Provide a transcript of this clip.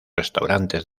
restaurantes